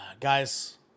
Guys